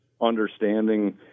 understanding